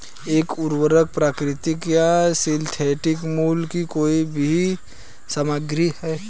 एक उर्वरक प्राकृतिक या सिंथेटिक मूल की कोई भी सामग्री है